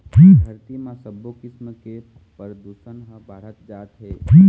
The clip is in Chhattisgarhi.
धरती म सबो किसम के परदूसन ह बाढ़त जात हे